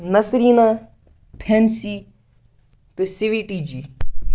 نصریٖنا fancy تہٕ sweety جی